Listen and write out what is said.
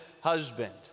husband